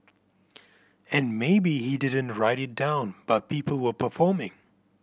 and maybe he didn't write it down but people were performing